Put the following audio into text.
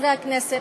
חברי הכנסת,